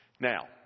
Now